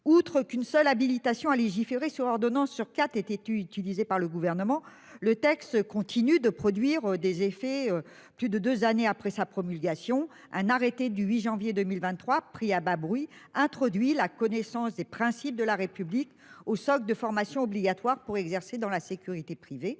Outre qu'une seule habilitations à légiférer sur ordonnance sur quatre était utilisé par le gouvernement, le texte continue de produire des effets. Plus de deux années après sa promulgation, un arrêté du 8 janvier 2023. Pris à bas bruit introduit la connaissance des principes de la République au de formation obligatoire pour exercer dans la sécurité privée,